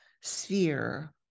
sphere